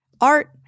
art